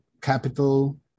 capital